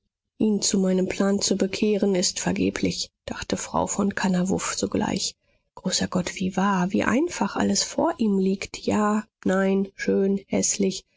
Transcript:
ihn zu meinem plan zu bekehren ist vergeblich dachte frau von kannawurf sogleich großer gott wie wahr wie einfach alles vor ihm liegt ja nein schön